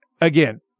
again